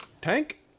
Tank